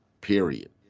period